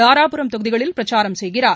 தாராபுரம் தொகுதிகளில் பிரச்சாரம் செய்கிறார்